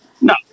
No